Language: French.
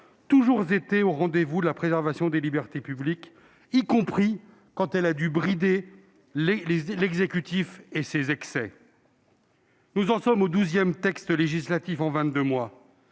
son histoire, au rendez-vous de la préservation des libertés publiques, y compris quand elle a dû brider l'exécutif et ses excès. Aujourd'hui, nous en sommes au douzième texte législatif en